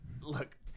look